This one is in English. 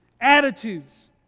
attitudes